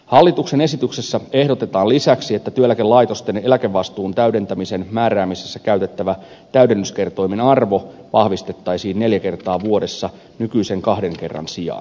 hallituksen esityksessä ehdotetaan lisäksi että työeläkelaitosten eläkevastuun täydentämisen määräämisessä käytettävä täydennyskertoimen arvo vahvistettaisiin neljä kertaa vuodessa nykyisen kahden kerran sijaan